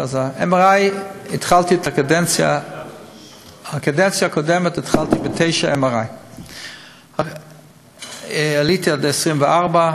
התחלתי את הקדנציה הקודמת בתשעה מכשירי MRI. עליתי ל-24,